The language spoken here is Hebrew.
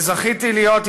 וזכיתי להיות,